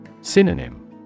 Synonym